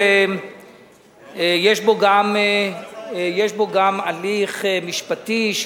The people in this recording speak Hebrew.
יש בו גם הליך משפטי,